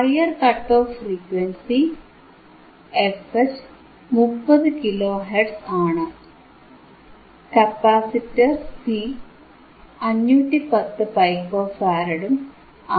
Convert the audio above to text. higher cut off frequency fH 30 kilohertz ആണ് capacitor C 510 pico ഫാരഡും ആണ്